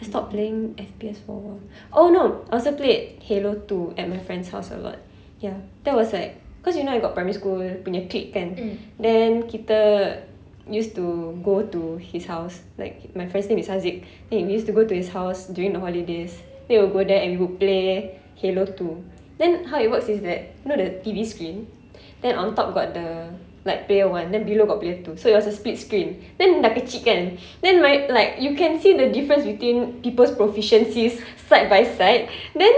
I stopped playing F_P_S for a while oh no I also played Halo two at my friend's house a lot ya that was like cause you know I got primary school punya clique kan then kita used to go to his house like my friend's name is hadziq then we used to go to his house during the holidays then we would go there and we would play Halo two then how it works is that you know the T_V screen then on top got the like player one then below got player two so it was a split screen then dah kecil kan then my like you can see the difference between people's proficiencies side by side then